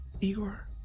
Igor